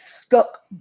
stuck